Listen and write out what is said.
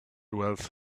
wealth